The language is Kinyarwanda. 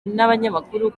n’abanyamakuru